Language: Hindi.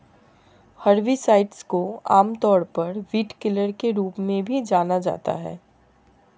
हर्बिसाइड्स को आमतौर पर वीडकिलर के रूप में भी जाना जाता है